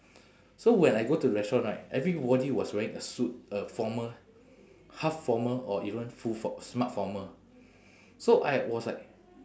so when I go to the restaurant right everybody was wearing a suit a formal half formal or even full for~ smart formal so I was like